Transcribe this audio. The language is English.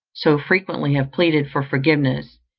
so frequently have pleaded for forgiveness,